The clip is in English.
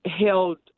held